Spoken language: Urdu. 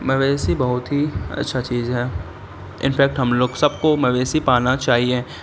مویشی بہت ہی اچھا چیز ہے ان فیکٹ ہم لوگ سب کو مویشی پالنا چاہیے